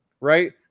right